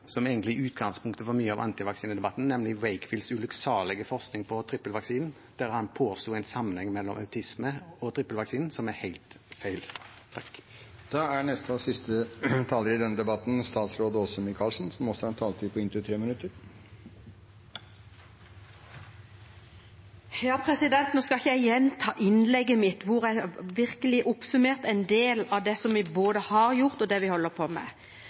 som egentlig er utgangspunktet for mye av antivaksine-debatten, nemlig Wakefields ulykksalige forskning på trippelvaksinen, der han påsto at det var en sammenheng mellom autisme og trippelvaksinen, noe som er helt feil. Nå skal ikke jeg gjenta innlegget mitt, hvor jeg virkelig oppsummerte en del både av det vi har gjort, og det vi holder på med.